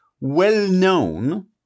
well-known